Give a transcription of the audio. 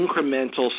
incremental